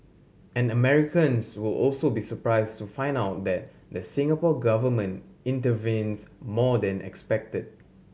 and Americans will also be surprised to find out that the Singapore Government intervenes more than expected